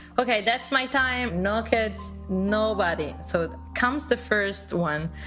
ok, that's my time. no kids, nobody. so comes the first one.